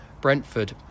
Brentford